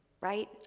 right